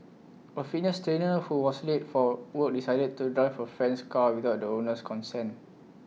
A fitness trainer who was late for work decided to drive A friend's car without the owner's consent